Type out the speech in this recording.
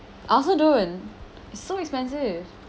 I also don't so expensive